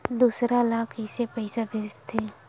दूसरा ला कइसे पईसा भेजथे?